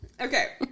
Okay